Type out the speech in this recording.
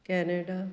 Canada